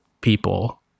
people